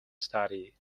study